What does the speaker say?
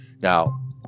now